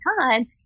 time